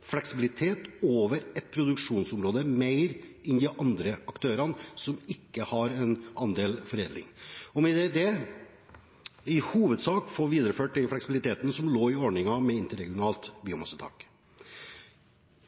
fleksibilitet over ett produksjonsområde mer enn aktører som ikke har en andel foredling, og med det i hovedsak få videreført den fleksibiliteten som lå i ordningen med interregionalt biomassetak.